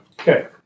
Okay